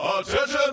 Attention